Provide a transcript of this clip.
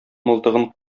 мылтыгын